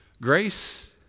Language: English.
Grace